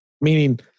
meaning